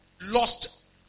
lost